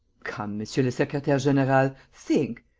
come, monsieur le secretaire-general, think!